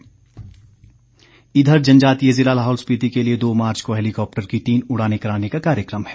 उड़ान इधर जनजातीय ज़िला लाहौल स्पिति के लिए दो मार्च को हैलीकॉप्टर की तीन उड़ाने कराने का कार्यक्रम है